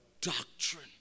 doctrine